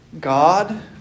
God